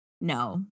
No